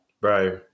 Right